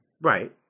right